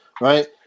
right